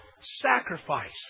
sacrifice